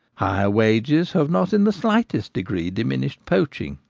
higher wages have not in the slightest degree dimin ished poaching,